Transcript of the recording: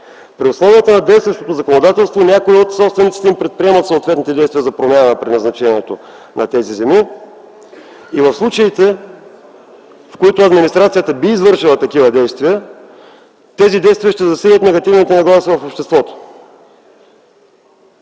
При условията на действащото законодателство някои от собствениците им предприемат съответните действия за промяна на предназначението на тези земи. В случаите, в които администрацията би извършила такива действия, тези действия ще засилят негативната нагласа в обществото.